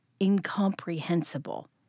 incomprehensible